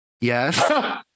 yes